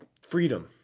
freedom